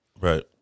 Right